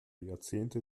jahrzehnte